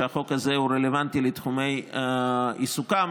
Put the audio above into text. שהחוק הזה הוא רלוונטי לתחומי עיסוקם.